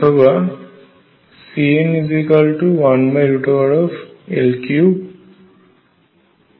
অথবা CN1L3